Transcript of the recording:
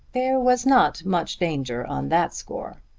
there was not much danger on that score.